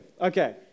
Okay